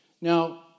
Now